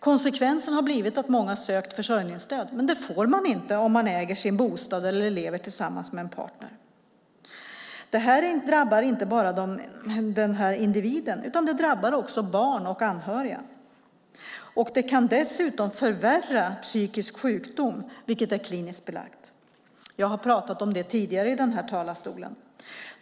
Konsekvensen har blivit att många sökt försörjningsstöd, men det får man inte om man äger sin bostad eller lever tillsammans med en partner. Det här drabbar inte bara individen utan även barn och anhöriga. Det kan dessutom förvärra psykisk sjukdom, vilket är kliniskt belagt. Jag har pratat om det tidigare i den här talarstolen.